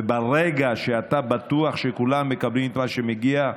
וברגע שאתה בטוח שכולם מקבלים את מה שמגיע,